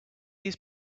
his